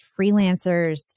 freelancers